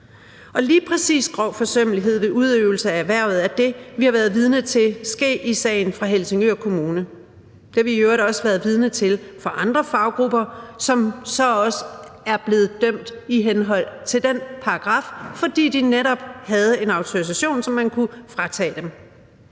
Lige præcis grov forsømmelighed ved udøvelse af erhvervet er det, vi har været vidner til er sket i sagen fra Helsingør Kommune. Det har vi i øvrigt også været vidner til for andre faggruppers vedkommende, som så også er blevet dømt i henhold til den paragraf, fordi de netop havde en autorisation, som man kunne fratage dem.